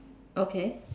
okay